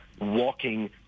walking